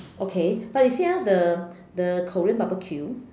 okay but you see ah the the Korean barbecue